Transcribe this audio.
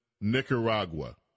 Nicaragua